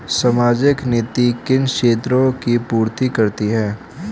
सामाजिक नीति किन क्षेत्रों की पूर्ति करती है?